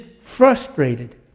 frustrated